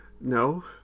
No